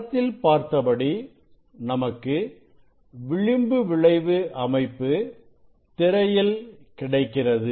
படத்தில் பார்த்தபடி நமக்கு விளிம்பு விளைவு அமைப்பு திரையில் கிடைக்கிறது